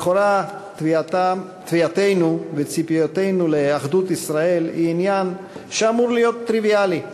לכאורה תביעתנו וציפייתנו לאחדות ישראל הן עניין שאמור להיות טריוויאלי.